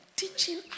Teaching